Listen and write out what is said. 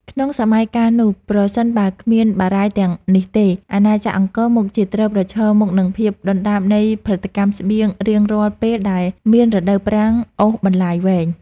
ក្នុងសម័យកាលនោះ ប្រសិនបើគ្មានបារាយណ៍ទាំងនេះទេ អាណាចក្រអង្គរមុខជាត្រូវប្រឈមមុខនឹងភាពដុនដាបនៃផលិតកម្មស្បៀងរៀងរាល់ពេលដែលមានរដូវប្រាំងអូសបន្លាយវែង។